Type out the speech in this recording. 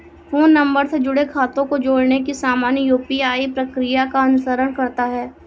phone number से जुड़े खातों को जोड़ने की सामान्य यू.पी.आई प्रक्रिया का अनुसरण करता है